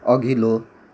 अघिल्लो